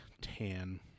tan